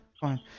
fine